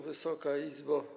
Wysoka Izbo!